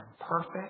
perfect